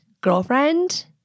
Girlfriend